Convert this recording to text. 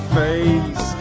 face